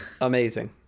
Amazing